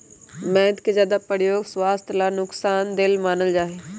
मैद के ज्यादा प्रयोग स्वास्थ्य ला नुकसान देय मानल जाहई